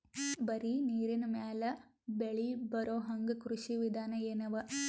ಬರೀ ನೀರಿನ ಮೇಲೆ ಬೆಳಿ ಬರೊಹಂಗ ಕೃಷಿ ವಿಧಾನ ಎನವ?